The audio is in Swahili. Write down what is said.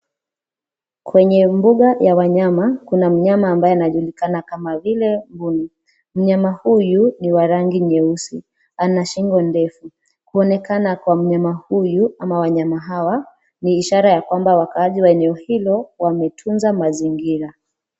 Kwenye mbuga ya wanyama kuna mnyama anayejulikana kama vile mbuni. Mnyama huyu ni wa rangi nyeusi, anashingo ndefu kuonekana kwa mnyama huyu ama wanyama hawa in ishara ya kwamba wakaaji wa eneo hilo wametunza mazingira.